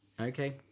okay